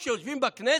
"הפושעים שיושבים בכנסת"?